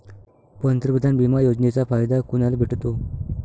पंतप्रधान बिमा योजनेचा फायदा कुनाले भेटतो?